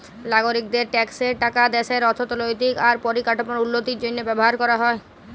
লাগরিকদের ট্যাক্সের টাকা দ্যাশের অথ্থলৈতিক আর পরিকাঠামোর উল্লতির জ্যনহে ব্যাভার ক্যরা হ্যয়